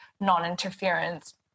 non-interference